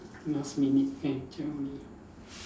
last minute then tell me